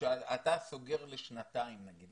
כשאתה סוגר לשנתיים נגיד,